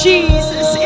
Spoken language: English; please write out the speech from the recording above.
Jesus